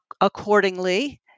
accordingly